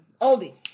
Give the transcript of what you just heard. Oldie